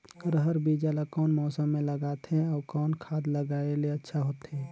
रहर बीजा ला कौन मौसम मे लगाथे अउ कौन खाद लगायेले अच्छा होथे?